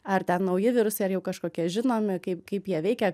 ar ten nauji virusai ar jau kažkokie žinomi kaip kaip jie veikia